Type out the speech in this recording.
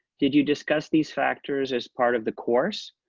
did you discuss these factors as part of the course?